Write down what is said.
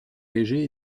léger